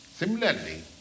Similarly